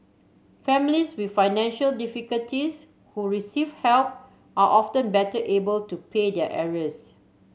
families with financial difficulties who receive help are often better able to pay their arrears